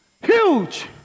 Huge